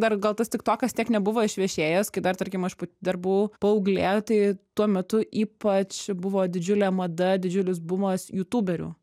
dar gal tas tiktokas tiek nebuvo išvešėjęs kai dar tarkim aš dar buvau paauglė tai tuo metu ypač buvo didžiulė mada didžiulis bumas jutuberių